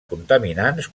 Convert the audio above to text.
contaminants